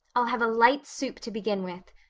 i'll have a light soup to begin with.